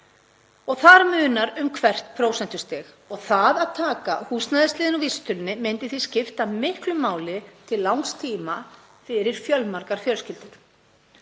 Þar munar um hvert prósentustig og það að taka húsnæðisliðinn úr vísitölunni myndi því skipta miklu máli til langs tíma fyrir fjölmargar fjölskyldur.